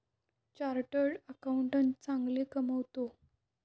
chartered accountant चांगले कमावतो